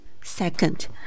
Second